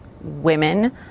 women